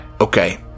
okay